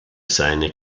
seine